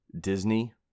Disney